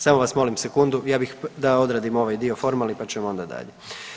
Samo vas molim sekundu, ja bih da odradim ovaj dio formalni pa ćemo onda dalje.